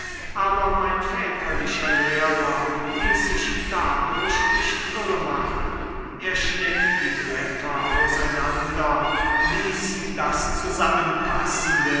aber mein väterlicher lehrer ließ sich dadurch nicht irre machen er schnitt die blätter auseinander ließ das zusammenpassende